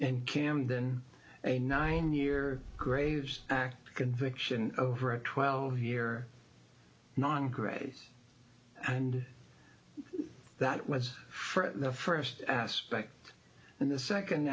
in camden a nine year graves act conviction over a twelve year non graze and that was for the first aspect and the second